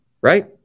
Right